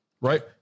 right